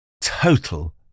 Total